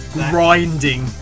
grinding